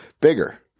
bigger